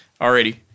Alrighty